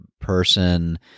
person